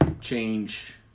change